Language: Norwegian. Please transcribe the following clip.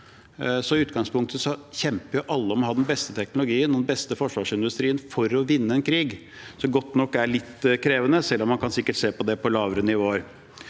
I utgangspunktet kjemper alle om å ha den beste teknologien og den beste forsvarsindustrien for å vinne en krig. Så «godt nok» er litt krevende, selv om man sikkert kan se på det på lavere nivåer.